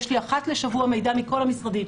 אחת לשבוע יש לי מידע מכל המשרדים,